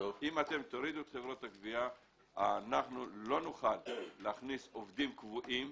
אם תורידו את חברות הגבייה אנחנו לא נוכל להכניס עובדים קבועים,